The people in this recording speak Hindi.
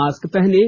मास्क पहनें